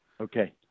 Okay